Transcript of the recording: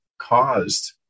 caused